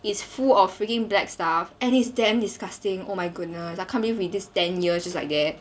is full of freaking black stuff and is damn disgusting oh my goodness I can't believe with this ten years just like that